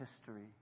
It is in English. history